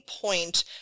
point